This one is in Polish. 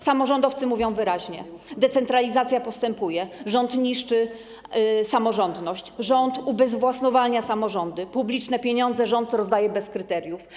Samorządowcy mówią wyraźnie: decentralizacja postępuje, rząd niszczy samorządność, rząd ubezwłasnowolnia samorządy, publiczne pieniądze rząd rozdaje bez kryteriów.